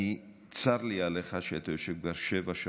צר לי עליך שאתה יושב כאן שבע שעות,